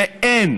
שאין